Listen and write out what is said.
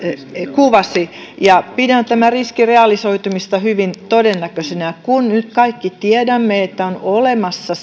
kuvasi ja pidän tämän riskin realisoitumista hyvin todennäköisenä ja kun nyt kaikki tiedämme että on olemassa